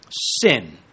sin